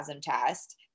test